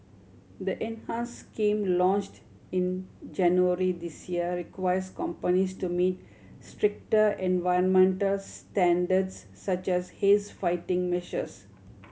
the enhance scheme launched in January this year requires companies to meet stricter environmental standards such as haze fighting measures